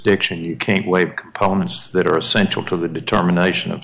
jurisdiction you can't waive components that are essential to the determination of